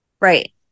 Right